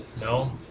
No